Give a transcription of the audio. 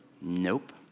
Nope